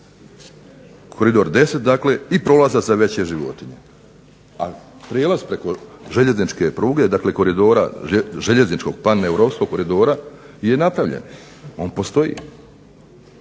Koridor 10 i prolaza za veće životinje. A prijelaz preko željezničke pruge, dakle preko Paneuropskog koridora je napravljen, on postoji.